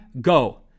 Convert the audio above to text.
go